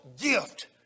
gift